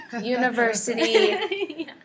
University